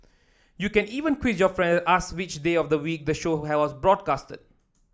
you can even quiz your friends ask which day of the week the show was broadcast